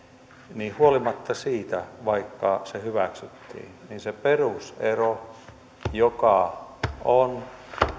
niin huolimatta siitä että se hyväksyttiin se perusero joka on